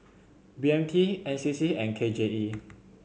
B M T N C C and K J E